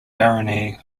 barony